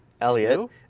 Elliot